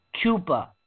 Cuba